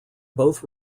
both